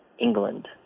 England